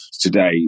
today